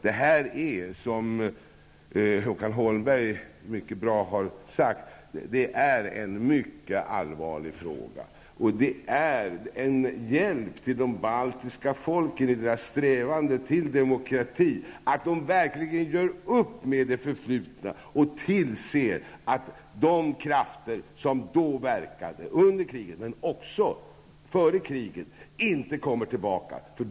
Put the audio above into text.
Det här är, som Håkan Holmberg så riktigt sade, en mycket allvarlig fråga. I de baltiska folkens strävanden efter demokrati vore det en hjälp om de verkligen kunde göra upp med det förflutna och se till att de krafter som verkade före och under kriget inte kommer tillbaka.